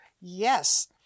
Yes